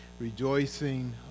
rejoicing